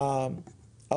יותר.